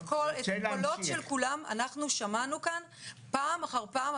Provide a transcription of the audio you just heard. את הקולות של כולם אנחנו שמענו כאן פעם אחר פעם.